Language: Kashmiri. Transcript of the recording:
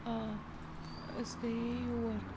آ أسۍ گٔیے یور